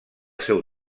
seu